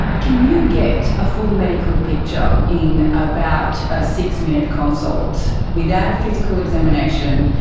can you get a full medical picture in about a six-minute consult without a physical examination,